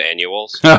annuals